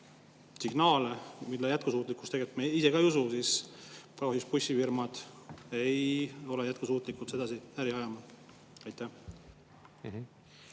signaale, mille jätkusuutlikkusse tegelikult me ise ka ei usu, siis bussifirmad ei ole jätkusuutlikud sedasi äri ajama. Aitäh!